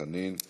חנין,